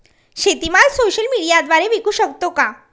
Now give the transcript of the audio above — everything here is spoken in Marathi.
शेतीमाल सोशल मीडियाद्वारे विकू शकतो का?